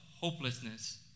hopelessness